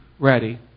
Ready